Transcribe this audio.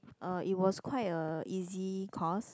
uh it was quite a easy course